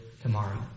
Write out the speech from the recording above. tomorrow